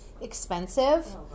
expensive